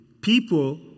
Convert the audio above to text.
people